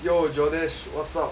yo jodash what's up